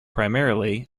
primarily